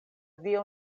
dio